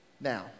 now